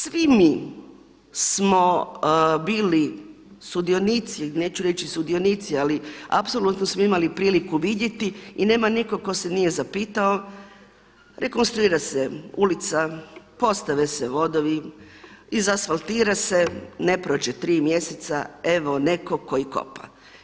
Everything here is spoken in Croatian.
Svi mi smo bili sudionici, neću reći sudionici, ali apsolutno smo imali priliku vidjeti i nema nitko tko se nije zapitao, rekonstruira se ulica, postave se vodovi, izasfaltira se, ne prođe tri mjeseca evo nekog koji kopa.